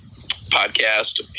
podcast